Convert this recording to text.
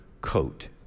coat